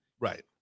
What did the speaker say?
Right